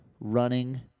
running